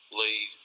lead